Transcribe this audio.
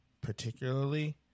particularly